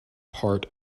part